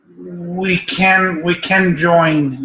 we can, we can join,